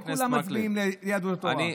לא כולם מצביעים ליהדות התורה.